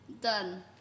Done